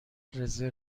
رزرو